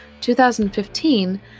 2015